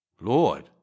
Lord